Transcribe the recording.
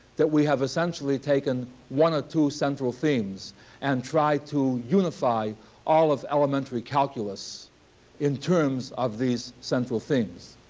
that we have essentially taken one or two central themes and tried to unify all of elementary calculus in terms of these central themes.